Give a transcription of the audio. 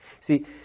See